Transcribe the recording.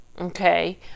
okay